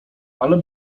ale